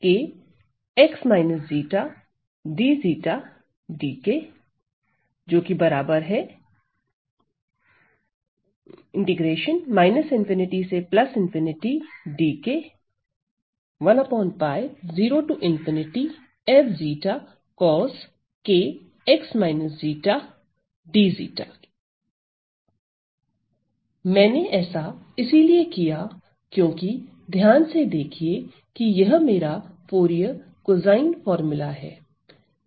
अतः मैंने ऐसा इसलिए किया क्यों कि ध्यान से देखिए कि यह मेरा फूरिये कोसाइन फार्मूला है